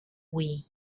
wii